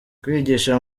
kwigisha